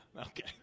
okay